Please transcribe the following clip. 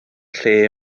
lle